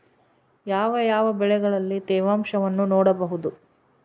ಯಾವ ಯಾವ ಬೆಳೆಗಳಲ್ಲಿ ತೇವಾಂಶವನ್ನು ನೋಡಬಹುದು?